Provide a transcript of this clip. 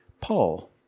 Paul